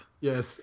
Yes